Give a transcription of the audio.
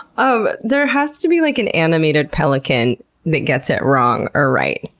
um there has to be, like, an animated pelican that gets it wrong or right.